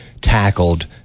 tackled